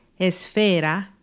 Esfera